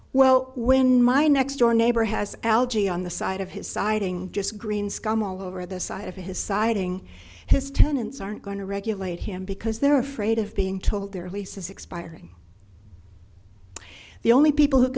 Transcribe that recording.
well when my next door neighbor has algae on the side of his siding just green scum all over the side of his siding his tenants aren't going to regulate him because they're afraid of being told their leases expiring the only people who